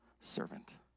Servant